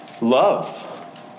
Love